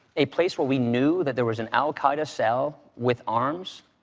a place where we knew that there was an al-qaida cell with arms?